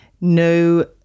no